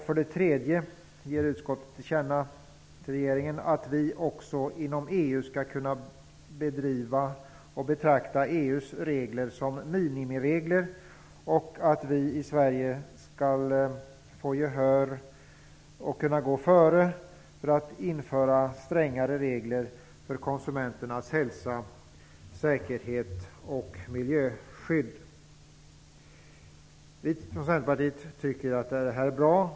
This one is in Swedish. För det tredje ger utskottet regeringen till känna att vi också inom EU skall kunna betrakta EU:s regler som minimiregler och att vi i Sverige skall få gehör för och kunna gå före med att införa strängare regler för konsumenternas hälsa, säkerhet och miljöskydd. Vi från Centerpartiet tycker att det här är bra.